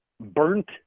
burnt